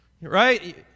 Right